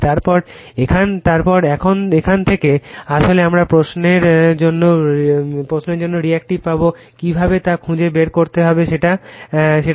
তারপর এখন থেকে আসলে আমরা প্রশ্নের জন্য রিএক্টিভ পাবো কীভাবে তা খুঁজে বের করতে হবে সেটা দেখবো